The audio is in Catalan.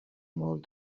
molt